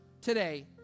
today